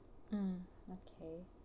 uh okay